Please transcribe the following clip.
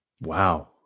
Wow